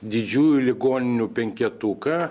didžiųjų ligoninių penketuką